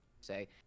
say